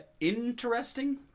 interesting